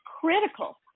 critical